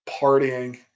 partying